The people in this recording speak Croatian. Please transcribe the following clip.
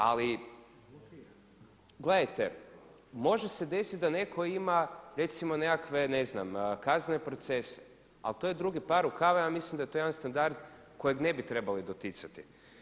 Ali gledajte, može se desiti da netko ima recimo nekakve kaznene procese, ali to je drugi par rukava i ja mislim da je to jedan standard kojeg ne bi trebali doticati.